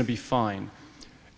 to be fine